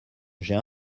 j’ai